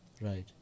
Right